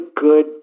good